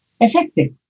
effective